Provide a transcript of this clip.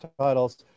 titles